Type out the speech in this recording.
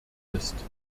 ist